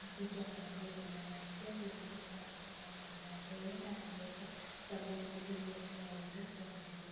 akuje aangaliwe meno yake na pia kuna mtu ambaye amesimama kando yake huenda anangoja zamu yake ili yeye pia aweze kuangaliwa.